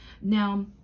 now